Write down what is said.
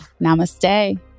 Namaste